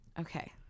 okay